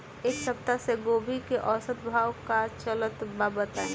एक सप्ताह से गोभी के औसत भाव का चलत बा बताई?